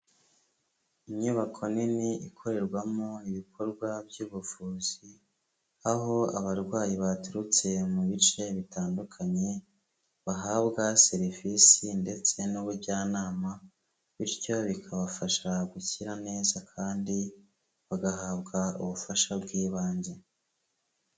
Inyubako nini ikorerwamo ibikorwa by'ubuvuzi, aho abarwayi baturutse mu bice bitandukanye bahabwa serivisi ndetse n'ubujyanama, bityo bikabafasha gukira neza kandi bagahabwa ubufasha bw'ibanze.